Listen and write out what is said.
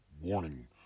Warning